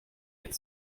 get